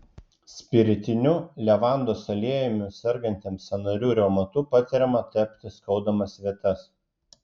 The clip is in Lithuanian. spiritiniu levandos aliejumi sergantiems sąnarių reumatu patariama tepti skaudamas vietas